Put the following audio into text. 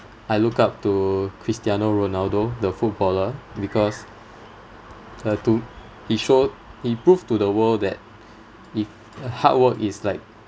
I look up to cristiano ronaldo the footballer because uh to he showed he proved to the world that if hard work is like